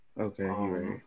Okay